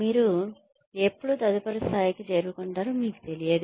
మీరు ఎప్పుడు తదుపరి స్థాయికి చేరుకుంటారో మీకు తెలియదు